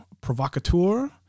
provocateur